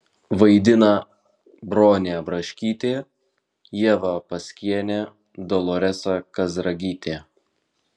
vaidina bronė braškytė ieva paskienė doloresa kazragytė